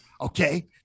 Okay